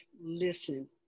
listen